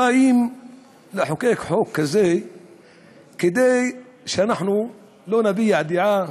באים לחוקק חוק כזה כדי שאנחנו לא נביע דעה.